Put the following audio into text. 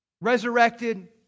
resurrected